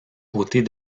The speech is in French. côtés